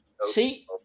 See